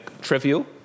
trivial